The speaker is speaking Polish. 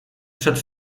przed